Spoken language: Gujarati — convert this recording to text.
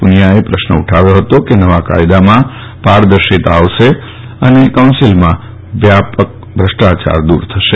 પૂનિયાએ પ્રશ્ન ઉઠાવ્યો હતો કે નવા કાયદામાં પારદર્શિતા આવશે અને કાઉન્સીલમાં વ્યાપ્ત ભ્રષ્ટાચાર દૂર થશે